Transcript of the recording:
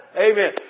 Amen